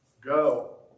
Go